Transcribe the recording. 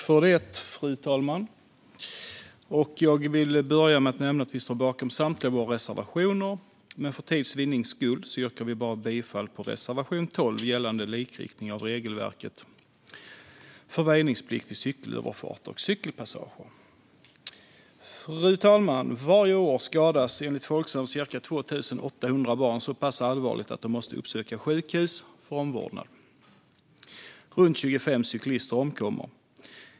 Fru talman! Jag vill börja med att nämna att vi står bakom samtliga våra reservationer, men för tids vinnande yrkar vi bifall endast till reservation 12 gällande likriktning av regelverket för väjningsplikt vid cykelöverfarter och cykelpassager. Fru talman! Varje år skadas enligt Folksam cirka 2 800 barn så pass allvarligt att de måste uppsöka sjukhus för omvårdnad. Runt 25 cyklister omkommer.